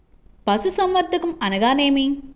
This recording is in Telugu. పశుసంవర్ధకం అనగానేమి?